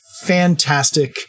fantastic